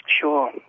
Sure